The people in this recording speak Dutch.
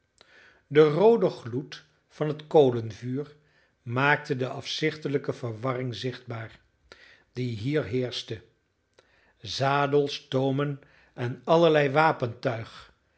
de roode gloed van het kolenvuur maakte de afzichtelijke verwarring zichtbaar die hier heerschte zadels toomen en allerlei wapentuig